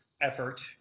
effort